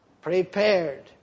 prepared